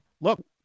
look